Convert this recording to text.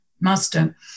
master